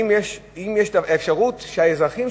אם יש אפשרות שהאזרחים,